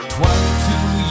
Twenty-two